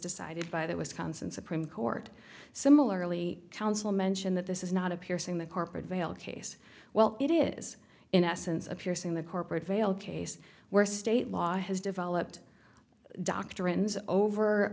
decided by that wisconsin supreme court similarly counsel mentioned that this is not a piercing the corporate veil case well it is in essence a piercing the corporate veil case where state law has developed doctrines over